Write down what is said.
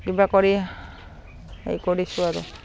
কিবা কৰি হে কৰিছোঁ আৰু